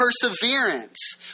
perseverance